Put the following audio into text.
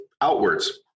outwards